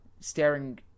staring